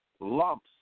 lumps